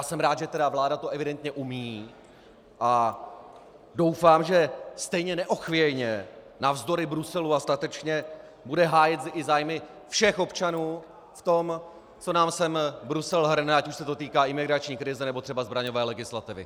Jsem rád, že vláda to evidentně umí, a doufám, že stejně neochvějně navzdory Bruselu statečně bude hájit zájmy všech občanů v tom, co nám sem Brusel hrne, ať už se to týká imigrační krize, nebo třeba zbraňové legislativy.